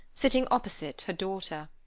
sitting opposite her daughter.